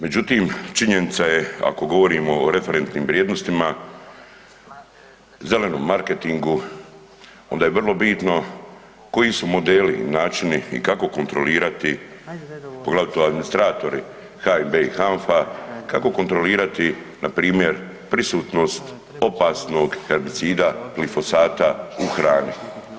Međutim činjenica je ako govorimo o referentnim vrijednostima, zelenom marketingu, onda je vrlo bitno koji su modeli i načini i kako kontrolirati poglavito administratore HNB i HANFA, kako kontrolirati npr. prisutnost opasnog herbicida glifosata u hrani.